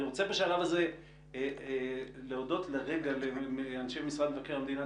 אני רוצה בשלב הזה להודות לאנשי משרד מבקר המדינה,